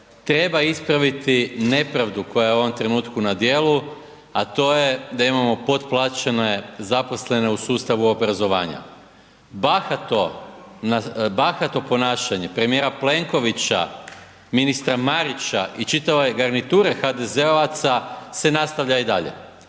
treba ispraviti nepravdu koja je u ovom trenutku na djelu a to je da imamo potplaćene zaposlene u sustavu obrazovanja. Bahato ponašanje premijera Plenkovića, ministra Marića i čitave garniture HDZ-ovaca se nastavlja i dalje.